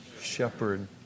shepherd